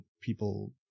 people